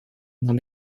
нам